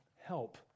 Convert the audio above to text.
help